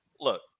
Look